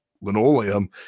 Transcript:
linoleum